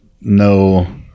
no